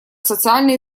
социально